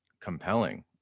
Compelling